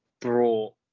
brought